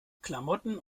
klamotten